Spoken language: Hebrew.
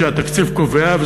שהתקציב קובע,